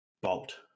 bolt